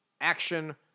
Action